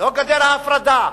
לא גדר ההפרדה,